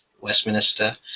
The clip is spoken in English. Westminster